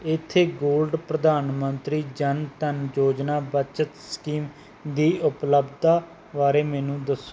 ਇੱਥੇ ਗੋਲਡ ਪ੍ਰਧਾਨ ਮੰਤਰੀ ਜਨ ਧਨ ਯੋਜਨਾ ਬੱਚਤ ਸਕੀਮ ਦੀ ਉਪਲੱਬਧਤਾ ਬਾਰੇ ਮੈਨੂੰ ਦੱਸੋ